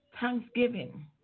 thanksgiving